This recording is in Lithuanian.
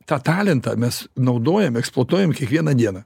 tą talentą mes naudojam eksploatuojam kiekvieną dieną